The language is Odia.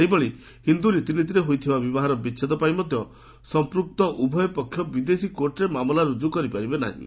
ସେହିଭଳି ହିନ୍ଦୁ ରୀତିନୀତିରେ ହୋଇଥିବା ବିବାହର ବିଚ୍ଛେଦ ପାଇଁ ମଧ୍ୟ ସଂପୃକ୍ତ ଉଭୟ ପକ୍ଷ ବିଦେଶୀ କୋର୍ଟରେ ମାମଲା ରୁଜୁ କରିପାରିବେ ନାହିଁ